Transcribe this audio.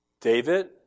David